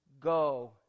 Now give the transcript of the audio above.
go